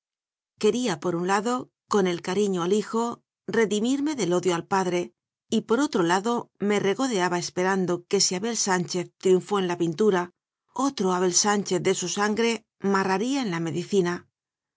quería por un lado con el cariño al hijo redimirme del odio al padre y por otro lado me regodeaba esperando que si abel sánchez triunfó en la pintura otro abel sánchez de su sangre marraría en la medicina